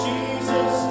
Jesus